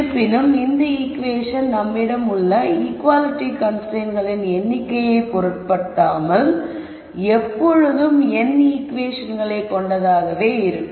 இருப்பினும் இந்த ஈகுவேஷன் நம்மிடமுள்ள ஈக்குவாலிட்டி கன்ஸ்ரைன்ட்களின் எண்ணிக்கையை பொருட்படுத்தாமல் எப்பொழுதும் n ஈகுவேஷன்களை கொண்டதாகவே இருக்கும்